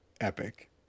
epic